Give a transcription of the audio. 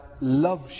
love